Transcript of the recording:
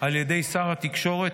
על ידי שר התקשורת,